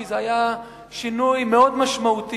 כי זה היה שינוי מאוד משמעותי.